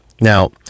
Now